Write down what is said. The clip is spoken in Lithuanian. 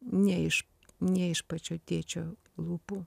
ne iš ne iš pačio tėčio lūpų